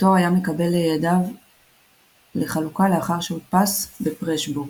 אותו היה מקבל לידיו לחלוקה לאחר שהודפס בפרשבורג.